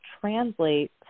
translate